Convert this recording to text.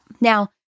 Now